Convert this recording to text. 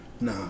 Nah